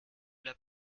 l’a